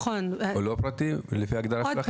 אז הוא לא פרטי לפי ההגדרה שלכם?